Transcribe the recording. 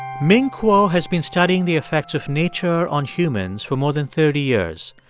ming kuo has been studying the effects of nature on humans for more than thirty years.